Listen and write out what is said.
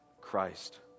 Christ